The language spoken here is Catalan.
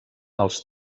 als